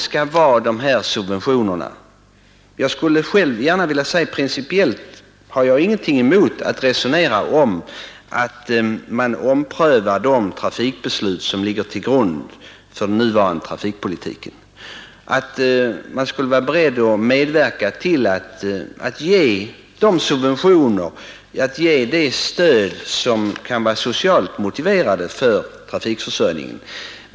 Själv har jag principiellt ingenting emot att diskutera en omprövning av det riksdagsbeslut som ligger till grund för den nuvarande trafikpolitiken, och jag skulle vara beredd att medverka till de subventioner och det stöd som kan vara socialt motiverade för trafikförsörjningen.